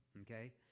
Okay